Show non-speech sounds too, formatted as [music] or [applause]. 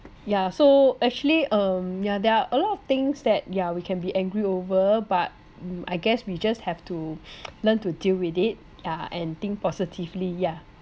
yeah so actually um yeah there are a lot of things that yeah we can be angry over but mm I guess we just have to [noise] learn to deal with it yeah and think positively yeah